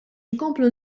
inkomplu